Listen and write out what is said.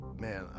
man